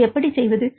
இதை எப்படி செய்வது